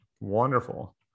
wonderful